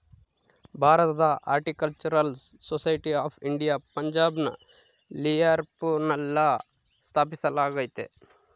ಭಾರತದಲ್ಲಿ horticultural society of India ಪಂಜಾಬ್ನ ಲಿಯಾಲ್ಪುರ್ನಲ್ಲ ಸ್ಥಾಪಿಸಲಾಗ್ಯತೆ